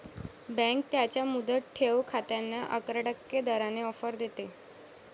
bank त्यांच्या मुदत ठेव खात्यांना अकरा टक्के दराने ऑफर देते